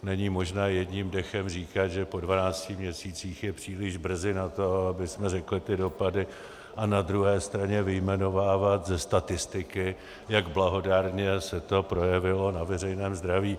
Není možné jedním dechem říkat, že po dvanácti měsících je příliš brzy na to, abychom řekli ty dopady, a na druhé straně vyjmenovávat ze statistiky, jak blahodárně se to projevilo na veřejném zdraví.